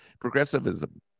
progressivism